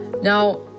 now